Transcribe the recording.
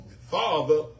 father